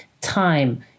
time